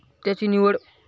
त्याची निवड